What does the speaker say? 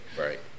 Right